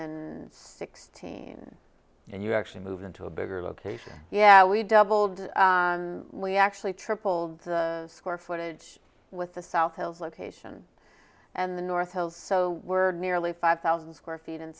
and sixteen and you actually move into a bigger location yeah we doubled we actually tripled the square footage with the south hills location and the north pole so we're nearly five thousand square feet in